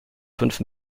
fünf